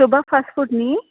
शोभा fast food न्हय